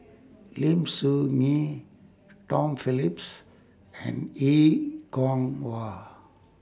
Lim Soo Ngee Tom Phillips and A Kwong Wah